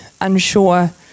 unsure